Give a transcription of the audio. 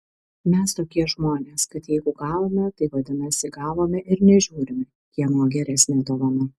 mes tokie žmonės kad jeigu gavome tai vadinasi gavome ir nežiūrime kieno geresnė dovana